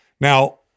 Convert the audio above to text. Now